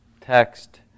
Text